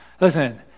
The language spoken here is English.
listen